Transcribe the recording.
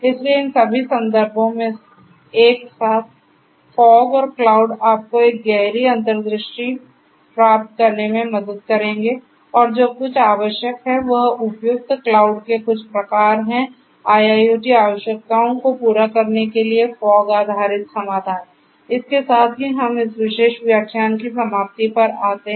इसलिए इन सभी संदर्भों में एक साथ फॉग और क्लाउड आपको एक गहरी अंतर्दृष्टि प्राप्त करने में मदद करेंगे और जो कुछ आवश्यक है वह उपयुक्त क्लाउड के कुछ प्रकार है IIoT आवश्यकताओं को पूरा करने के लिए फॉग आधारित समाधान इसके साथ हम इस विशेष व्याख्यान की समाप्ति पर आते हैं